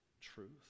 truth